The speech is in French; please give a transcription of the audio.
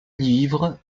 livres